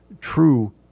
true